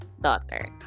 daughter